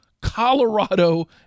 Colorado